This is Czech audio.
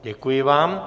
Děkuji vám.